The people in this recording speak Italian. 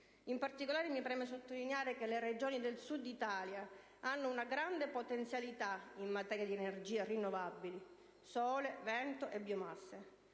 In particolare, mi preme sottolineare che le Regioni del Sud Italia hanno una grande potenzialità in materia di energie rinnovabili: sole, vento e biomasse.